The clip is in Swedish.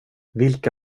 vilka